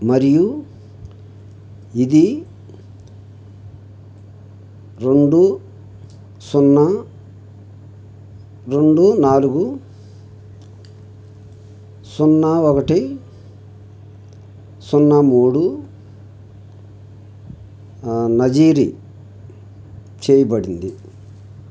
మరియు ఇది రెండు సున్నా రెండు నాలుగు సున్నా ఒకటి సున్నా మూడు న జారీ చేయబడింది